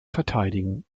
verteidigen